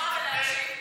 לשמוע ולהקשיב.